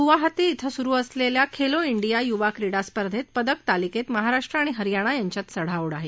गुवाहाटी के सुरु असलेल्या खेलो केंडिया युवा क्रीडा स्पर्धेत पदक तालिकेत महाराष्ट्र आणि हरयाणा यांच्यात चढाओढ आहे